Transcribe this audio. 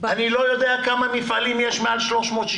אני לא יודע כמה מפעלים יש עם מעל 365